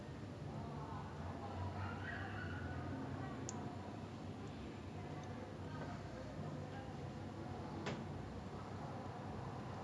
err ya like he's really interested in like police for some reason so அவரு:avaru create பண்ற முக்காவாசி படங்கள் எல்லாமே:pandra mukkaavasi padangal ellaamae police ah பத்திதா இருக்கு:pathithaa irukku like vetaiyaadu vilaiyaadu kaakha kaakha oh